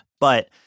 But-